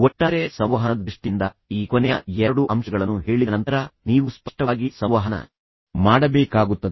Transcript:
ಒಟ್ಟಾರೆ ಸಂವಹನದ ದೃಷ್ಟಿಯಿಂದ ಈ ಕೊನೆಯ ಎರಡು ಅಂಶಗಳನ್ನು ಹೇಳಿದ ನಂತರ ನೀವು ಸ್ಪಷ್ಟವಾಗಿ ಸಂವಹನ ಮಾಡಬೇಕಾಗುತ್ತದೆ